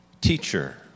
Teacher